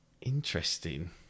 Interesting